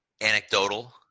anecdotal